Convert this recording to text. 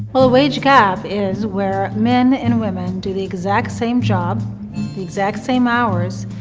a wage gap is where men and women do the exact same job, the exact same hours,